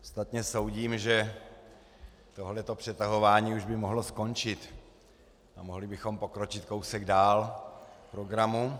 Ostatně soudím, že tohle přetahování už by mohlo skončit a mohli bychom pokročit kousek dál v programu.